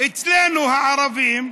אצלנו, הערבים,